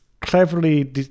cleverly